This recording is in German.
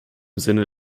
sinne